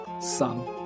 son